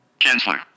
Chancellor